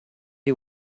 you